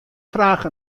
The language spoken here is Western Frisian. fraach